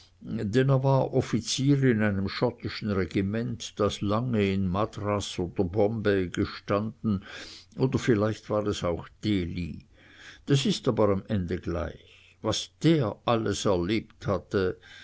er war offizier in einem schottischen regiment das lange in madras oder bombay gestanden oder vielleicht war es auch delhi das ist aber am ende gleich was der alles erlebt hatte